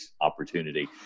opportunity